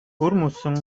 бүрмөсөн